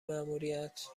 ماموریت